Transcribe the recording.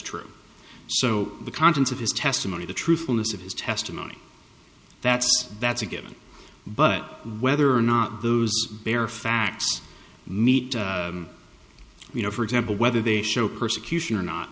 true so the contents of his testimony the truthfulness of his testimony that's that's a given but whether or not those bare facts meet you know for example whether they show persecution or not